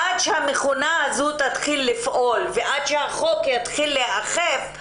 עש המכונה הזו תתחיל לפעול ועד שהחוק יתחיל להיאכף,